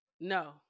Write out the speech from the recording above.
No